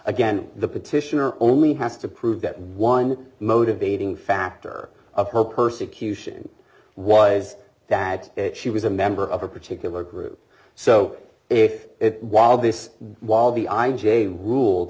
again the petitioner only has to prove that one motivating factor of her persecution was that she was a member of a particular group so if it while this while the i